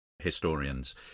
historians